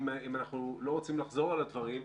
אם אנחנו לא רוצים לחזור על הדברים,